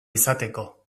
izateko